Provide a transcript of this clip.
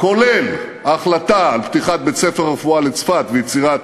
כולל ההחלטה על פתיחת בית-ספר לרפואה בצפת ויצירת